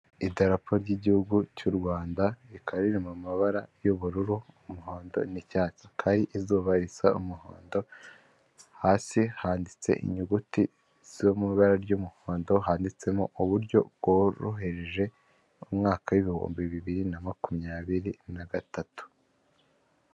Idarapo ry'Igihugu cy'u Rwanda, rikaba riri mu mabara y'ubururu, umuhondo n'icyatsi. Hakaba hari izuba risa umuhondo, hasi handitse inyuguti zo mu ibara ry'umuhondo handitsemo uburyo bworoheje, umwaka w'ibihumbi bibiri na makumyabiri na gatatu.